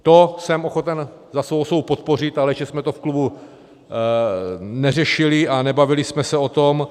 To jsem ochoten za svou osobu podpořit, ale ještě jsme to v klubu neřešili, nebavili jsme se o tom.